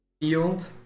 field